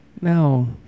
No